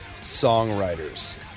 songwriters